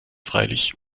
freilich